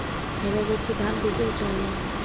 खैरा रोग से धान कईसे बचावल जाई?